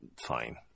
fine